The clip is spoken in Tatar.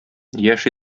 яшь